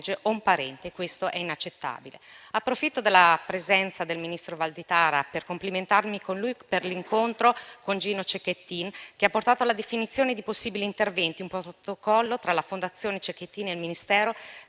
un parente, e questo è inaccettabile. Approfitto della presenza del ministro Valditara per complimentarmi con lui per l'incontro con Gino Cecchettin, che ha portato alla definizione di possibili interventi tra la Fondazione Cecchettin e il Ministero,